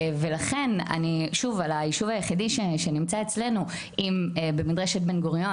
ולכן אני שוב על היישוב היחידי שנמצא אצלנו אם במדרשת בן גוריון